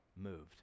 moved